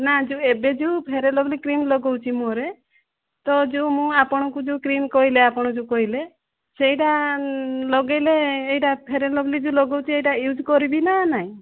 ନା ଯେଉଁ ଏବେ ଯେଉଁ ଫ୍ୟାର ଆଣ୍ଡ ଲଭଲି କ୍ରିମ ଲଗାଉଛି ମୁଁହରେ ତ ଯେଉଁ ଆପଣଙ୍କୁ ଯେଉଁ କ୍ରିମ କହିଲେ ଆପଣ ଯେଉଁ କହିଲେ ସେଇଟା ଲଗେଇଲେ ଏଇଟା ଫ୍ୟାର ଆଣ୍ଡ ଲଭଲି ଯେଉଁ ଲଗଉଛି ଏଇଟା ୟୁଜ କରିବି ନା ନାହିଁ